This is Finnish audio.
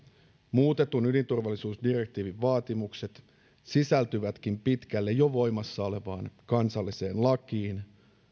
muutetun ydinturvallisuusdirektiivin vaatimukset sisältyvätkin pitkälle jo voimassa olevaan kansalliseen lakiin